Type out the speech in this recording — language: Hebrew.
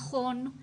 נכון,